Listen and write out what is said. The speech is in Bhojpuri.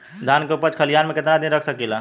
धान के उपज खलिहान मे कितना दिन रख सकि ला?